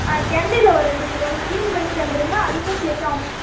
ஆ கெண்டையில் ஒரு ரெண்டு கிலோண்ணா கிளீன் பண்ணி தந்துடுங்க அதுக்கும் சேர்த்து அமவுண்ட்